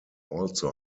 also